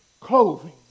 clothing